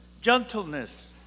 gentleness